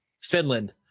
Finland